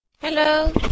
Hello